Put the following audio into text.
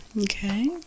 Okay